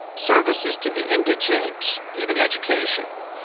services to the indigent, even education.